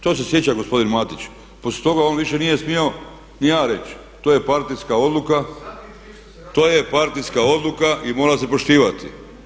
To se sjeća gospodin Matić, poslije toga on više nije smio ni A reći, to je partijska odluka, to je partijska odluka i mora se poštivati.